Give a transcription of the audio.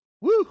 Woo